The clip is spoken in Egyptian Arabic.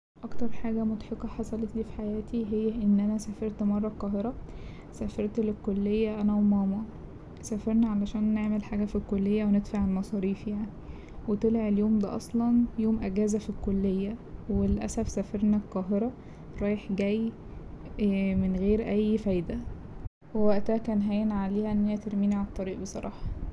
أكتر حاجة مضحكة حصلتلي في حياتي هي إن أنا سافرت مرة القاهرة سافرت للكلية أنا وماما سافرنا عشان نعمل حاجة في الكلية وندفع المصاريف يعني وطلع اليوم ده اصلا يوم اجازة في الكلية وللأسف سافرنا القاهرة رايح جاي من غير أي فايدة ووقتها كان هاين عليها إن هي ترميني على الطريق بصراحة.